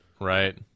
Right